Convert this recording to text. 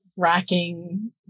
racking